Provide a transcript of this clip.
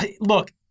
look